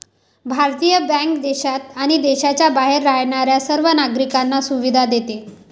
भारतीय बँक देशात आणि देशाच्या बाहेर राहणाऱ्या सर्व नागरिकांना सुविधा देते